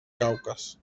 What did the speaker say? caucas